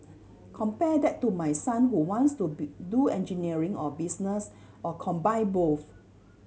compare that to my son who wants to be do engineering or business or combine both